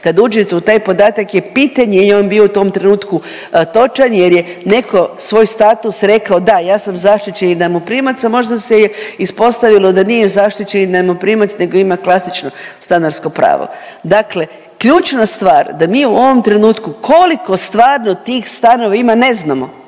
kad uđete u taj podatak je pitanje jel je on bio u tom trenutku točan jer je neko svoj status rekao, da ja sam zaštićeni najmoprimac, a možda se je ispostavilo da nije zaštićeni najmoprimac nego ima klasično stanarsko pravo. Dakle, ključna stvar da mi u ovom trenutku koliko stvarno tih stanova ima ne znamo.